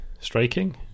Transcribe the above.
striking